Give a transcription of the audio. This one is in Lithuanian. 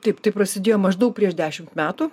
taip tai prasidėjo maždaug prieš dešimt metų